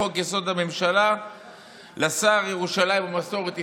לחוק-יסוד: הממשלה לשר ירושלים ומסורת ישראל".